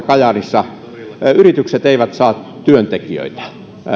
kajaanissa yritykset eivät saa työntekijöitä